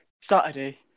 saturday